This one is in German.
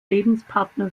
lebenspartner